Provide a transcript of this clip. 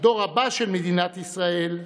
הדור הבא של מדינת ישראל,